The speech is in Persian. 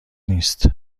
نیست